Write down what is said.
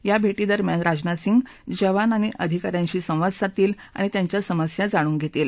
या भर्षीदरम्यान राजनाथ सिंह जवान आणि अधिका यांशी संवाद साधतील आणि त्यांच्या समस्या जाणून घरीील